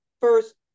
first